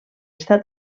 està